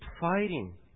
fighting